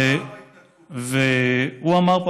שתמך בהתנתקות.